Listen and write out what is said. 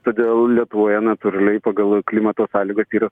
todėl lietuvoje natūraliai pagal klimato sąlygos yra